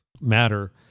matter